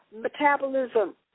metabolism